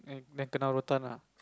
then then kenna lah